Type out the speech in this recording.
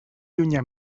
llunyà